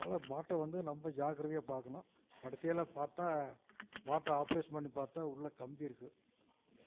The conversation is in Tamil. அதனால் மாட்டை வந்து நொம்ப ஜாக்கரதையாக பார்க்கணும் கடைசியில பார்த்தா மாட்டை ஆப்ரேஷன் பண்ணி பார்த்தா உள்ளே கம்பி இருக்கு